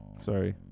Sorry